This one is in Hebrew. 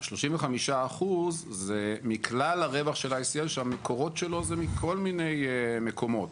ה-35% זה מכלל הרווח של ICL שהמקורות שלו זה מכל מיני מקומות.